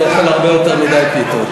אני אוכל הרבה יותר מדי פיתות,